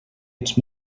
ets